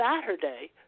Saturday